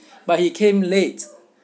but he came late